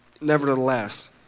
Nevertheless